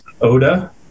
oda